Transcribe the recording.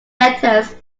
letters